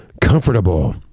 comfortable